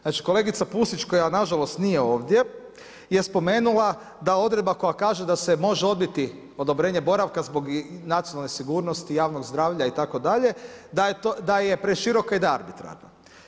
Znači kolegica Pusić koja nažalost nije ovdje je spomenula da odredba koja kaže da se može odbiti odobrenje boravka zbog nacionalne sigurnost, javnog zdravlja itd., da je preširoka i da je arbitrarna.